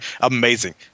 amazing